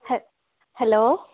hello